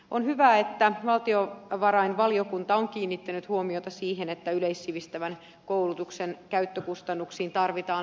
on hyvä että valtiovarainvaliokunta on kiinnittänyt huomiota siihen että yleissivistävän koulutuksen käyttökustannuksiin tarvitaan lisää rahaa